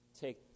take